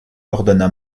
ordonna